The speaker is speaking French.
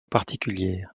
particulière